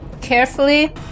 carefully